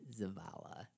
Zavala